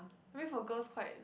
I mean for girls quite